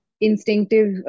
instinctive